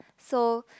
so